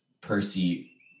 Percy